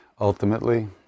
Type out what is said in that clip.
ultimately